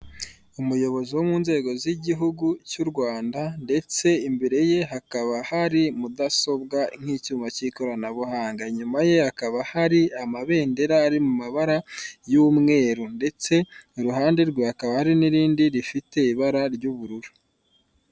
Umuyobozi wo mu nzego z'igihugu cy'u Rwanda ndetse imbere ye hakaba hari mudasobwa nk'icyuma k'ikoranabuhanga, inyuma ye hakaba hari amabendera ari mu mabara y'umweru. Ndetse iruhande rwe hakaba hari n'irindi rifite ibara ry'ubururu.